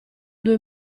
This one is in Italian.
due